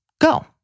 Go